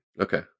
okay